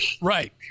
Right